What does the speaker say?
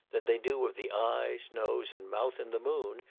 than they do of the eyes, nose, and mouth in the moon,